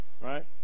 right